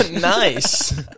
Nice